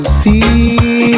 see